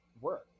work